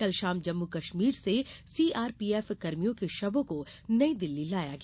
कल शाम जम्मू कश्मीर से सीआरपीएफ कर्मियों को शवों को नई दिल्ली लाया गया